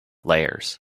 layers